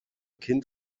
kind